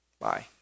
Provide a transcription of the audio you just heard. Bye